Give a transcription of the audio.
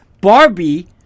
Barbie